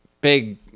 big